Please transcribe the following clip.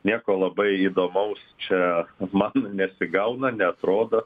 nieko labai įdomaus čia man nesigauna neatrodo